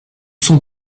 son